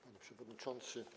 Panie Przewodniczący!